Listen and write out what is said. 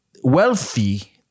wealthy